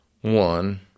One